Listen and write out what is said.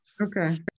Okay